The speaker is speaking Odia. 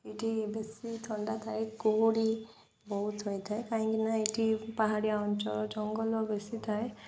ଏଠି ବେଶି ଥଣ୍ଡା ଥାଏ କୁହୁଡ଼ି ବହୁତ ହୋଇଥାଏ କାହିଁକି ନା ଏଠି ପାହାଡ଼ିଆ ଅଞ୍ଚଳ ଜଙ୍ଗଲ ବେଶୀ ଥାଏ